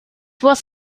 was